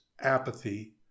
apathy